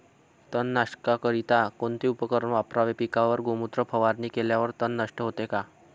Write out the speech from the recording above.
तणनाशकाकरिता कोणते उपकरण वापरावे? पिकावर गोमूत्र फवारणी केल्यावर तण नष्ट होते का?